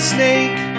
snake